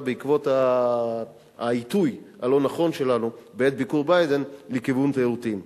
בעקבות העיתוי הלא-נכון שלנו בעת ביקור ביידן לכיוונים תיירותיים.